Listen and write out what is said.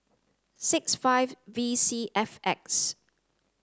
six five V C F X